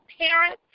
parents